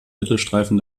mittelstreifen